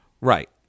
Right